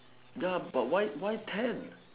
ya but why why ten